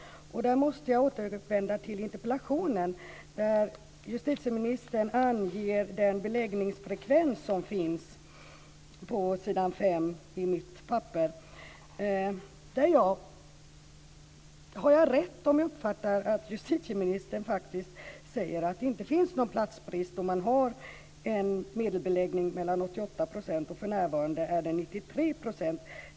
Där måste jag återvända till interpellationssvaret, där justitieministern anger den beläggningsfrekvens som finns. Det står på s. 5 i mitt papper. Har jag rätt om jag uppfattar det som att justitieministern faktiskt säger att det inte finns någon platsbrist? Man har en medelbeläggning på 88 %, och för närvarande är den 93 %.